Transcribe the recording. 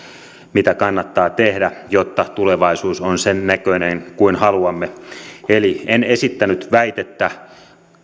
mitä kannattaa tehdä jotta tulevaisuus on sen näköinen kuin haluamme eli en esittänyt väitettä